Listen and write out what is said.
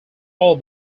all